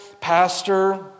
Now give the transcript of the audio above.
pastor